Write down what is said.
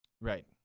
right